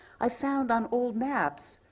i found on old maps